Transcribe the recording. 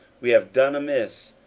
we have done amiss,